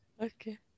Okay